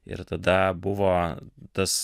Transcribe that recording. ir tada buvo tas